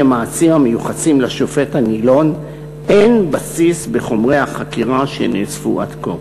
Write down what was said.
המעשים המיוחסים לשופט הנדון אין בסיס בחומרי החקירה שנאספו עד כה.